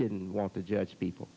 didn't want to judge people